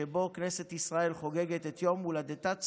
שבו כנסת ישראל חוגגת את יום הולדתה,